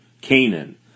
Canaan